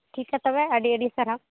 ᱴᱷᱤᱠᱜᱮᱭᱟ ᱛᱚᱵᱮ ᱟᱹᱰᱤ ᱟᱹᱰᱤ ᱥᱟᱨᱦᱟᱣ